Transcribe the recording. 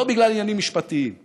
לא בגלל עניינים משפטיים,